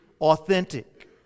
authentic